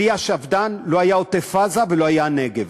בלי השפד"ן לא היה עוטף-עזה ולא היה נגב.